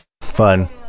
Fun